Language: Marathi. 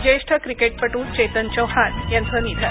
ज्येष्ठ क्रिकेटपटू चेतन चौहान यांचं निधन